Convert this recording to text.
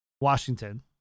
Washington